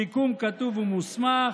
סיכום כתוב וממוסמך,